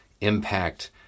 impact